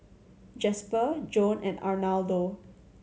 Jasper Joan and Arnoldo